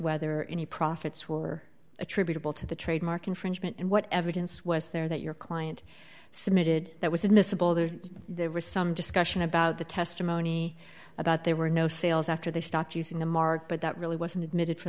whether any profits were attributable to the trademark infringement and what evidence was there that your client submitted that was admissible there and there was some discussion about the testimony about there were no sales after they stopped using the mark but that really wasn't admitted for